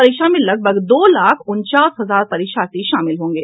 परीक्षा में लगभग दो लाख उनचास हजार परीक्षार्थी शामिल होंगे